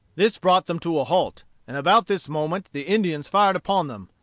this brought them to a halt and about this moment the indians fired upon them,